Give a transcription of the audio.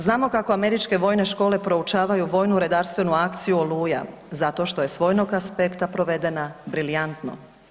Znao kako američke vojne škole proučavaju vojnu redarstvenu akciju Oluja zato što je s vojnog aspekta provedena briljantno.